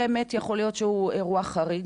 באמת יכול להיות שהוא אירוע חריג,